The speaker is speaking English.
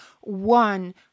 one